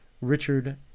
Richard